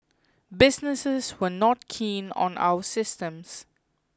businesses were not keen on our systems